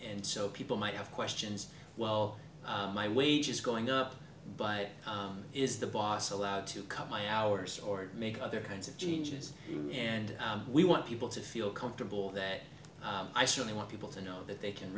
and so people might have questions well my wage is going up but is the boss allowed to cut my hours or make other kinds of changes and we want people to feel comfortable that i surely want people to know that they can